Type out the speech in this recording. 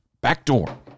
backdoor